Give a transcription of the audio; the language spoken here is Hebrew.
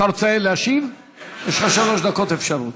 אתה רוצה להשיב, יש לך שלוש דקות, אפשרות.